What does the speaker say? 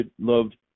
loved